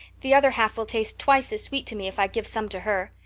the other half will taste twice as sweet to me if i give some to her.